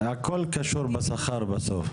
לא, הכל קשור בשכר בסוף.